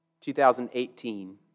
2018